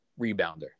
rebounder